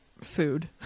food